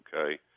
Okay